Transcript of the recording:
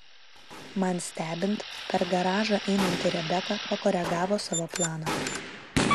man stebint per garažą einanti rebeka pakoregavo savo planą